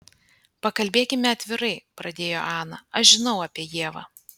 pakalbėkime atvirai pradėjo ana aš žinau apie ievą